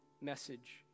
message